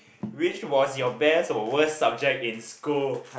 which was your best or worst subject in school